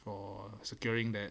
for securing that